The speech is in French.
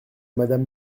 madame